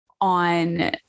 on